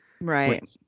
right